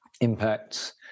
impacts